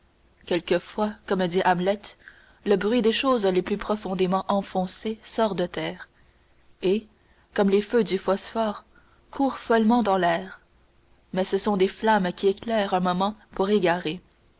quelquefois comme dit hamlet le bruit des choses les plus profondément enfoncées sort de terre et comme les feux du phosphore court follement dans l'air mais ce sont des flammes qui éclairent un moment pour égarer